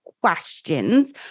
questions